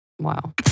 wow